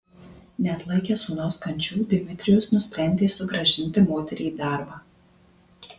neatlaikęs sūnaus kančių dmitrijus nusprendė sugrąžinti moterį į darbą